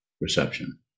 reception